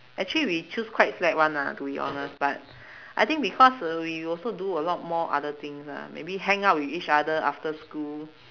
actually we choose quite slack [one] ah to be honest but I think because uh we also do a lot more other things ah maybe hang out with each other after school